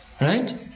Right